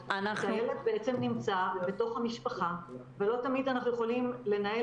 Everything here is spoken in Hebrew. כשהילד בעצם נמצא בתוך המשפחה ולא תמיד אנחנו יכולים לנהל